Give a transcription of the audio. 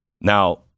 Now